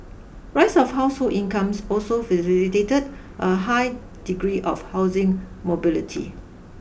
rise of household incomes also facilitated a high degree of housing mobility